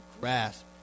grasp